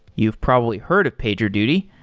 you've probably heard of pagerduty.